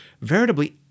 veritably